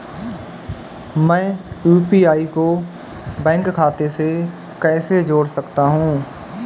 मैं यू.पी.आई को बैंक खाते से कैसे जोड़ सकता हूँ?